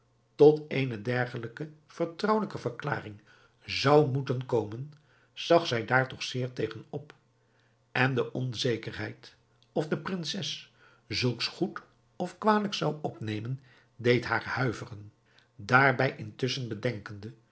tot eene dergelijke vertrouwelijke verklaring zou moeten komen zag zij daar toch zeer tegen op en de onzekerheid of de prinses zulks goed of kwalijk zou opnemen deed haar huiveren daarbij intusschen bedenkende